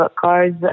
cars